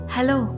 Hello